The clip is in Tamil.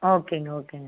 ஓகேங்க ஓகேங்க